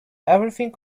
everything